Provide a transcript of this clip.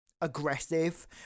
aggressive